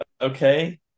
Okay